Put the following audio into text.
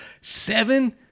seven